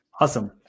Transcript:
Awesome